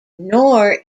nor